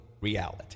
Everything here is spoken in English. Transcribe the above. reality